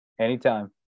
anytime